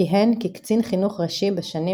כיהן כקצין חינוך ראשי בשנים